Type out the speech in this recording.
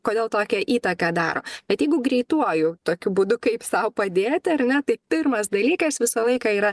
kodėl tokią įtaką daro bet jeigu greituoju tokiu būdu kaip sau padėti ar ne tai pirmas dalykas visą laiką yra